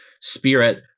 spirit